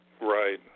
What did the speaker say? Right